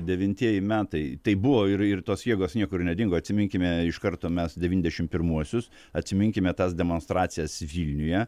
devintieji metai tai buvo ir ir tos jėgos niekur nedingo atsiminkime iš karto mes devyndešim pirmuosius atsiminkime tas demonstracijas vilniuje